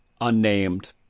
unnamed